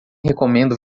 recomendo